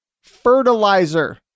fertilizer